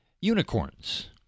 Unicorns